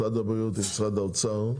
משרד הבריאות עם משרד האוצר,